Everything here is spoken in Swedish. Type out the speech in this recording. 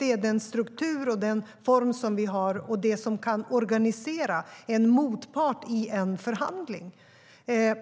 Det är den struktur och den form som vi har. Det är det som kan organisera en motpart i en förhandling.